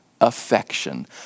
affection